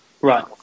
Right